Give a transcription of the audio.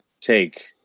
take